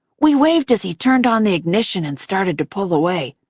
we waved as he turned on the ignition and started to pull away,